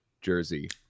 jersey